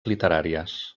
literàries